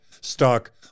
stock